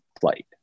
flight